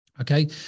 Okay